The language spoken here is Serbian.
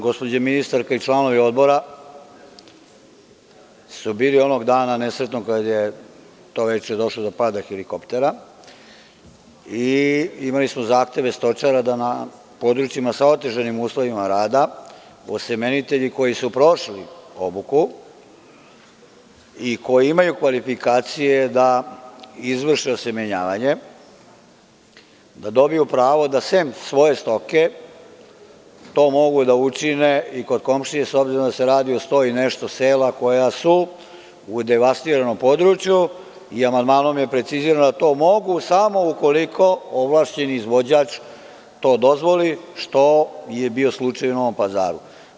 Gospođa ministarka i članovi odbora su bili onog dana nesretnog kada je došlo do pada helikoptera i imali su zahteve stočara da na područjima sa otežanim uslovima rada osemenitelji koji su prošli obuku i koji imaju kvalifikacije da izvrše osemenjavanje, da dobiju pravo da sem svoje stoke to mogu da učine i kod komšije s obzirom da ima sto i nešto sela koja su u devastiranom području i amandmanom je precizirano da to mogu samo ukoliko ovlašćeni izvođač to dozvoli što je bio slučaj u Novom Pazaru.